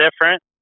different